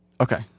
Okay